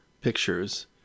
Pictures